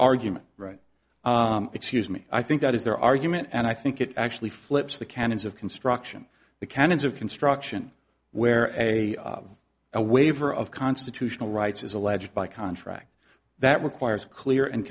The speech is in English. argument right excuse me i think that is their argument and i think it actually flips the canons of construction the canons of construction where a waiver of constitutional rights is alleged by contract that requires clear and